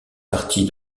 partie